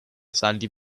sandy